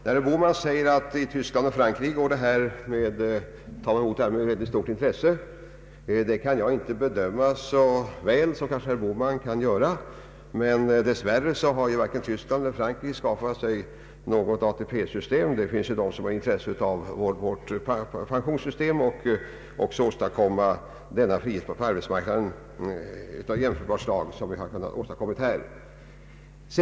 Herr Bohman säger att man i Tyskland och Frankrike betraktat detta med stort intresse. Den saken kan jag inte bedöma så väl som herr Bohman kanske kan göra. Dess värre har varken Tyskland eller Frankrike skapat sig något ATP-system. Det finns ju de som har intresse av vårt pensionssystem och vill åstadkomma samma socialpolitiska system och frihet på arbetsmarknaden som är jämförbara åstadkommit här.